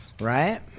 Right